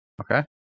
Okay